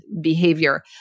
behavior